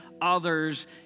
others